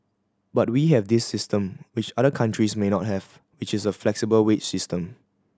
but we have this system which other countries may not have which is a flexible wage system